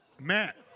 Matt